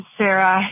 Sarah